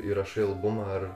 įrašai albumą ar